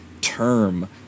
term